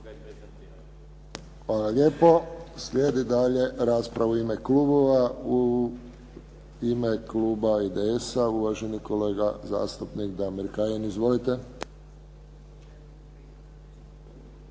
Hvala lijepo. Slijedi dalje rasprava u ime klubova. I ime kluba IDS-a uvaženi kolega zastupnik Damir Kajin. Izvolite.